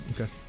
Okay